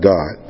God